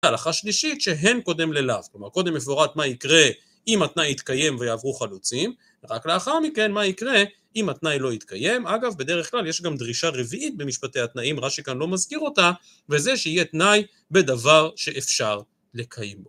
הלכה שלישית שהן קודם ללאו, כלומר קודם מפורט מה יקרה אם התנאי יתקיים ויעברו חלוצים, רק לאחר מכן מה יקרה אם התנאי לא יתקיים, אגב בדרך כלל יש גם דרישה רביעית במשפטי התנאים, רש"י כאן לא מזכיר אותה, וזה שיהיה תנאי בדבר שאפשר לקיים.